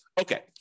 Okay